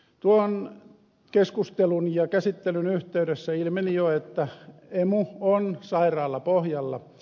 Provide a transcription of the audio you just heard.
tuon keskustelun ja käsittelyn yhteydessä ilmeni jo että emu on sairaalla pohjalla